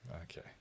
Okay